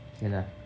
okay lah